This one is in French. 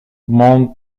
montgomery